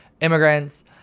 immigrants